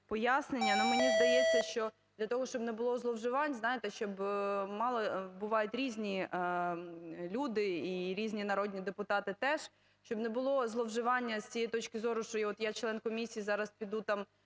пояснення. Но мені здається, що для того, щоб не було зловживань, знаєте, бувають різні люди і різні народні депутати теж, щоб не було зловживання з цієї точки зору, що от я член комісії зараз піду там